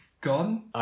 gone